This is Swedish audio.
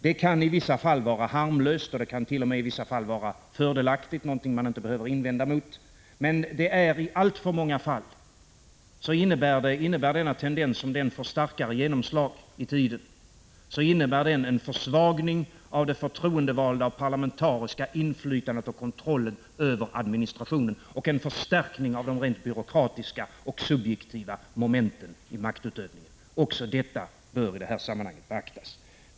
Det kan i vissa fall vara harmlöst och t.o.m. ibland vara fördelaktigt, någonting som man inte behöver invända mot, men i alltför många fall innebär denna tendens, om den får starkare genomslag på sikt, en försvagning av de förtroendevaldas inflytande på och av den parlamentariska kontrollen över administrationen och en förstärkning av de rent byråkratiska och subjektiva momenten i maktutövningen. Också det bör beaktas i detta sammanhang.